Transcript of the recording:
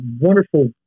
wonderful